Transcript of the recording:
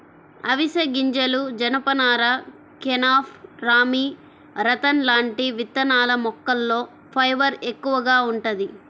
అవిశె గింజలు, జనపనార, కెనాఫ్, రామీ, రతన్ లాంటి విత్తనాల మొక్కల్లో ఫైబర్ ఎక్కువగా వుంటది